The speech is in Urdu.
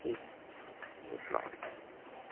ٹھیک السلام علیکم